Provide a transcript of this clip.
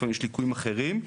לפעמים יש ליקויים אחרים,